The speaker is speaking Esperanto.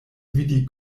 vidi